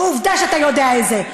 ועובדה שאתה יודע את זה.